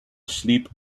asleep